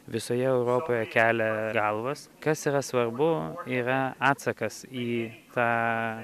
visoje europoje kelia galvas kas yra svarbu yra atsakas į tą